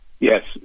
Yes